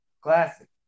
Classic